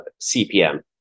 CPM